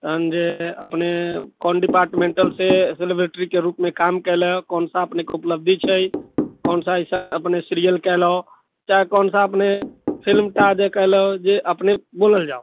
तहन जे अपने कोन डिपार्टमेन्टलसे सेलेब्रिटीके रूपमे काम कएले कोनसा अपनेके उपलब्धि छै कोनसा अइसन अपने सीरियल कएलहुँ चाहे कोनसा अपने फिलिमटा जे कएलहुँ जे अपने बोलल जाउ